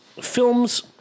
films